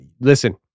listen